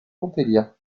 ponteilla